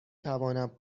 توانم